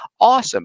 awesome